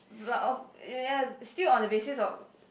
but of ya still on the basis of